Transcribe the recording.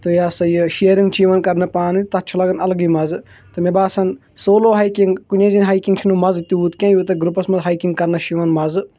تہٕ یہِ ہسا یہِ شیرِنٛگ چھِ یِوان کَرنہٕ پانہٕ تَتھ چھُ لَگان الگٕے مَزٕ تہٕ مےٚ باسان سولو ہایکِنٛگ کُنے زِندۍ ہایکِنٛگ چھُنہٕ مَزٕ تیوٗت کینٛہہ یوٗتاہ گرُپَس منٛز ہایکِنٛگ کَرنَس چھِ یِوان مَزٕ